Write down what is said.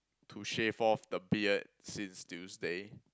to shave off the beard since Tuesday